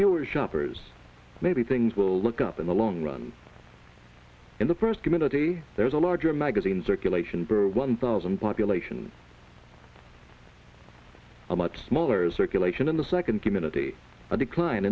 are shoppers maybe things will look up in the long run in the first community there's a larger magazine circulation for one thousand population a much smaller circulation in the second community a decline